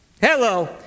Hello